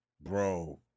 Bro